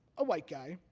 a white guy,